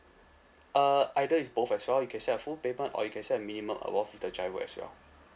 uh either is both as well you can set a full payment or you can set a minimum uh worth with the GIRO as well